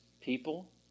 people